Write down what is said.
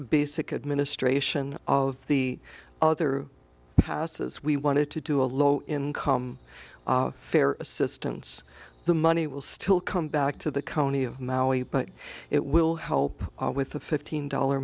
basic administration of the other houses we wanted to do a low income fair assistance the money will still come back to the county of maui but it will help with the fifteen dollar